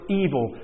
evil